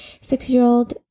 six-year-old